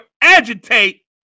agitate